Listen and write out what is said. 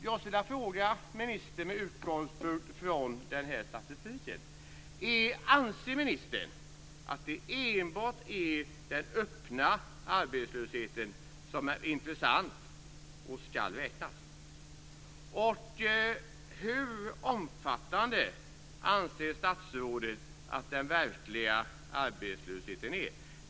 Jag vill fråga ministern med utgångspunkt från den här statistiken: Anser ministern att det enbart är den öppna arbetslösheten som är intressant och som ska räknas? Hur omfattande anser statsrådet att den verkliga arbetslösheten är?